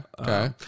Okay